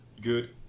good